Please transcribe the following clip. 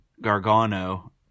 Gargano